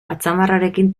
atzamarrarekin